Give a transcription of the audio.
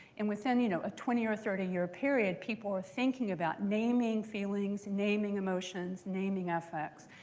and within you know a twenty or thirty year period, people were thinking about naming feelings, naming emotions, naming affects.